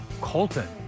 Colton